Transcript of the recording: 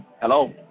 Hello